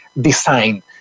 design